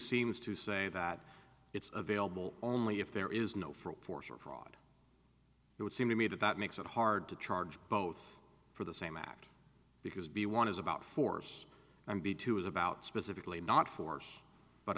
seems to say that it's available only if there is no force or fraud it would seem to me that that makes it hard to charge both for the same act because be one is about force m b two is about specifically not force but